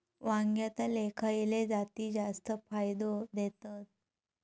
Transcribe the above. वांग्यातले खयले जाती जास्त फायदो देतत?